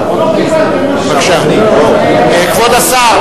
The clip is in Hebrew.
כבוד השר,